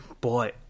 Boy